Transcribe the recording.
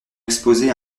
exposés